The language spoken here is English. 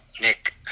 Nick